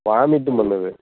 வாமிட்டும் பண்ணுது